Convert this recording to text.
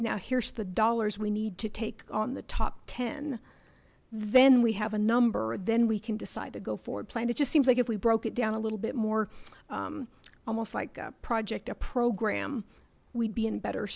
now here's the dollars we need to take on the top ten then we have a number then we can decide to go forward plan it just seems like if we broke it down a little bit more almost like project a program we'd be in a better